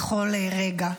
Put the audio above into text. בכל רגע.